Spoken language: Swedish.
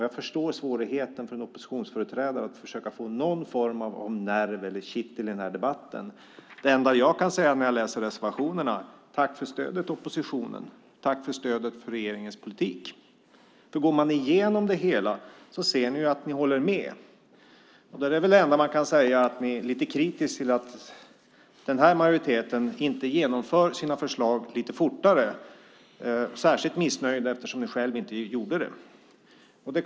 Jag förstår svårigheten för en oppositionsföreträdare när det gäller att försöka få någon form av nerv, kittling, i debatten. Det enda jag kan säga när jag läser reservationerna är: Tack för stödet, oppositionen, och tack för stödet för regeringens politik! Går ni igenom det hela kan ni se att ni håller med. Det enda man kan säga är att ni är lite kritiska till att den här majoriteten inte genomför sina förslag lite fortare, och ni är särskilt missnöjda eftersom ni själva inte gjorde det.